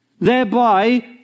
Thereby